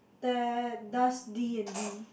that does d_n_d